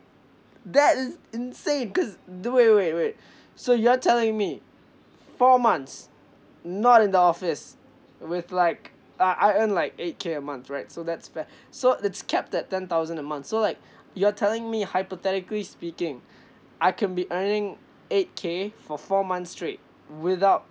that is insane cause uh wait wait wait so you're telling me four months not in the office with like uh I earn like eight K a month right so that's fair so it's capped at ten thousand a month so like you're telling me hypothetically speaking I can be earning eight K for four months straight without